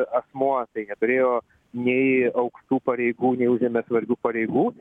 asmuo tai neturėjo nei aukštų pareigų neužėmė svarbių pareigų